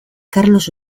karlos